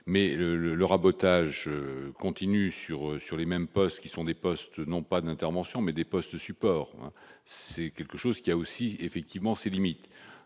le le rabotage continue sur sur les mêmes postes qui sont des postes n'ont pas d'intervention mais des postes support c'est quelque chose qui a aussi effectivement ses limites,